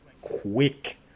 quick